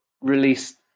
release